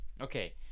Okay